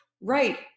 right